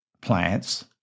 plants